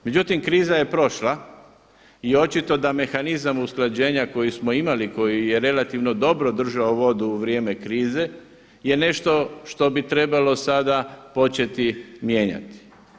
Međutim, kriza je prošla i očito da mehanizam usklađenja koji smo imali, koji je relativno dobro držao vodu u vrijeme krize je nešto što bi trebalo sada početi mijenjati.